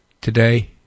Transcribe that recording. Today